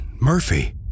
Murphy